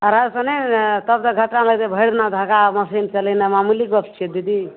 अढ़ाइ सए नहि ने तब तऽ घटा लागि जेतै भैरि दिना धागा मशीन चलेनाइ मामूली गप छियै दीदी